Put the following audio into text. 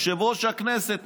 יושב-ראש הכנסת,